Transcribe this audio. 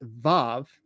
Vav